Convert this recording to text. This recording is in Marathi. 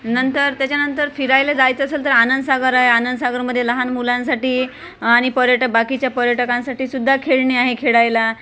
नंतर त्याच्यानंतर फिरायला जायचं असलं तर आनंदसागर आहे आनंदरसागरमधे लहान मुलांसाठी आणि पर्यटन बाकीच्या पर्यटकांसाठी सुद्धा खेळणी आहे खेळायला